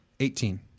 Eighteen